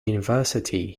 university